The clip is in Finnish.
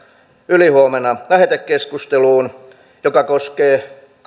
ylihuomenna lähetekeskusteluun lakiesitys joka koskee